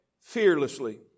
fearlessly